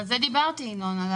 על זה דיברתי, ינון.